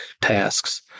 tasks